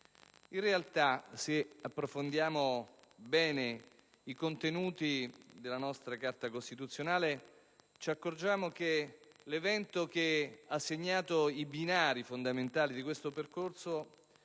In realtà, se approfondiamo bene i contenuti della nostra Carta costituzionale, ci accorgiamo che i binari fondamentali di questo percorso